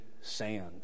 sand